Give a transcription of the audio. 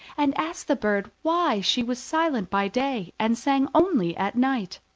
and asked the bird why she was silent by day and sang only at night.